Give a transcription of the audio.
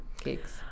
cakes